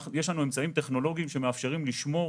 יש לנו אמצעים טכנולוגיים שמאפשרים לנו לשמור